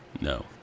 No